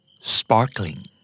Sparkling